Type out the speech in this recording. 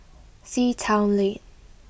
Sea Town Lane